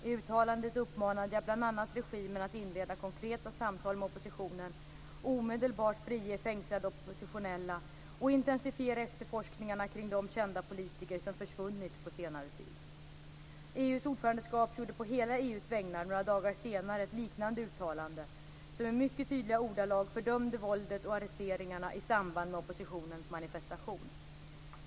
I uttalandet uppmanade jag bl.a. regimen att inleda konkreta samtal med oppositionen, omedelbart frige fängslade oppositionella och intensifiera efterforskningarna kring de kända politiker som försvunnit på senare tid. EU:s ordförandeskap gjorde på hela EU:s vägnar några dagar senare ett liknande uttalande som i mycket tydliga ordalag fördömde våldet och arresteringarna i samband med oppositionens manifestation.